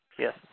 Yes